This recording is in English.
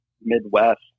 Midwest